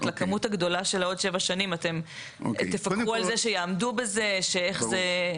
לכמות הגדולה של העוד שבע שנים אתם תפקחו על זה שיעמדו בזה שאיך זה ילך?